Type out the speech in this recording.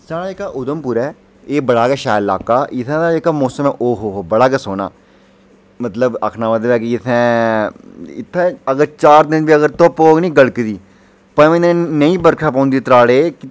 साढ़ा जेह्का उधमपुर ऐ एह् बड़ा गै शैल ल्हाका इत्थूं दा जेह्ड़ा मौसम ऐ ओहो हो ओह् बड़ा गै सोह्ना मतलब आखना होऐ ते कि इत्थै अगर चार दिन बी धुप्प होग जे कड़कदी पञमें दिन नेही बरखा पौंदी ऐ त्राड़े कि